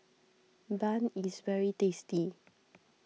Bun is very tasty